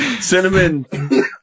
Cinnamon